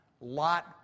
Lot